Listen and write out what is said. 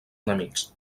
enemics